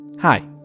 Hi